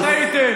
זה היה בשטעטעל,